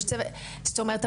זאת אומרת,